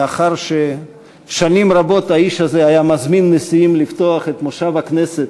לאחר ששנים רבות שהאיש הזה היה מזמין נשיאים לפתוח את מושב הכנסת,